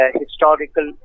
historical